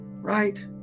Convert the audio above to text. right